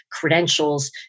credentials